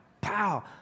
pow